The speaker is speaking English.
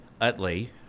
utley